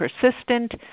persistent